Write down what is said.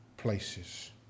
places